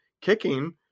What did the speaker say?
kicking